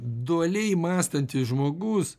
dualiai mąstantis žmogus